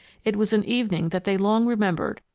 it was an evening that they long remembered,